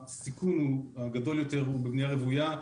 הסיכון הגדול יותר הוא בבנייה רוויה,